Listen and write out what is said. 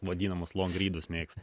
vadinamus longrydus mėgsta